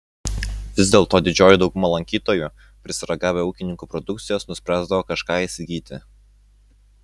vis dėlto didžioji dauguma lankytojų prisiragavę ūkininkų produkcijos nuspręsdavo kažką įsigyti